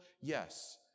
Yes